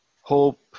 Hope